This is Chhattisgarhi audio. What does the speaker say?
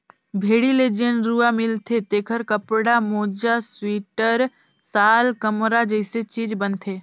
भेड़ी ले जेन रूआ मिलथे तेखर कपड़ा, मोजा सिवटर, साल, कमरा जइसे चीज बनथे